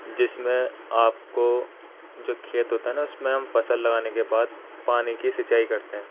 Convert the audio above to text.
جس میں آپ کو جو کھیت ہوتا ہے نا اس میں ہم فصل لگانے کے بعد پانی کی سنچائی کرتے ہیں